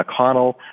McConnell